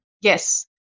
Yes